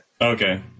Okay